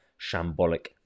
shambolic